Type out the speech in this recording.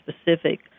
specific